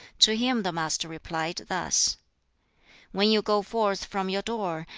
to him the master replied thus when you go forth from your door,